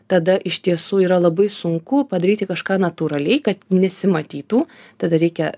tada iš tiesų yra labai sunku padaryti kažką natūraliai kad nesimatytų tada reikia